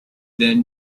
then